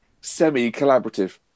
semi-collaborative